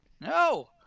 No